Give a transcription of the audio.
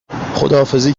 خداحافظی